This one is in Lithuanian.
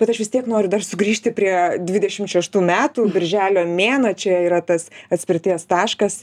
bet aš vis tiek noriu dar sugrįžti prie dvidešim šeštų metų birželio mėnuo čia yra tas atspirties taškas